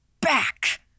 back